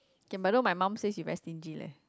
okay but you know my mum says you very stingy leh